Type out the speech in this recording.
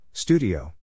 Studio